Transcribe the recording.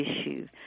issue